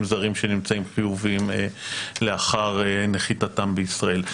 זרים שנמצאים חיוביים לאחר נחיתתם בישראל.